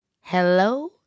Hello